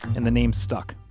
and the name stuck.